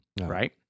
right